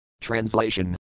Translation